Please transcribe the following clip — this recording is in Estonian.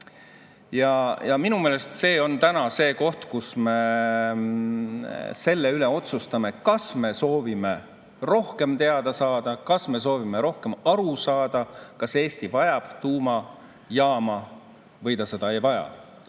Ja minu meelest see on täna see koht, kus me selle üle otsustame, kas me soovime rohkem teada saada, kas me soovime rohkem aru saada, kas Eesti vajab tuumajaama või ta ei vaja.